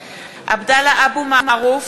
(קוראת בשמות חברי הכנסת) עבדאללה אבו מערוף,